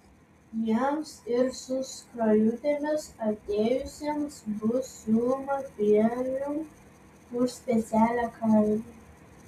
jiems ir su skrajutėmis atėjusiems bus siūloma premium už specialią kainą